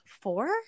four